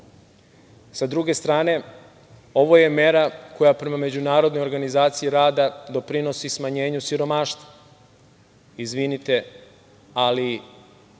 Sa druge strane, ovo je mera koja, prema Međunarodnoj organizaciji rada, doprinosi smanjenju siromaštva. Izvinite, ali